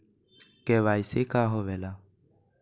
KYC का होवेला?